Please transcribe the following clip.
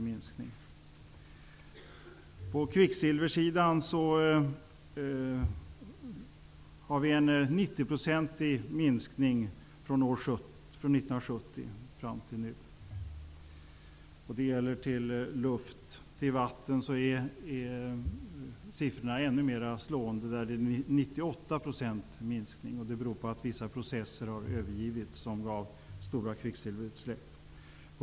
När det gäller kvicksilver har vi en minskning med 90 % från 1970 fram till nu. Det gäller utsläppen till luft. När det gäller utsläppen till vatten är siffrorna ännu mer slående. Där är den en minskning med 98 %. Det beror på att vissa processer som gav stora kvicksilverutsläpp har övergivits.